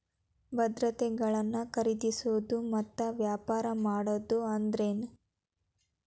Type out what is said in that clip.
ಭದ್ರತೆಗಳನ್ನ ಖರೇದಿಸೋದು ಮತ್ತ ವ್ಯಾಪಾರ ಮಾಡೋದ್ ಅಂದ್ರೆನ